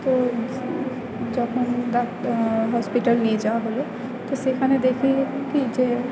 তো যখন doctor hospital নিয়ে যাওয়া হল তো সেখানে দেখি কী যে